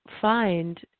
find